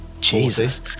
Jesus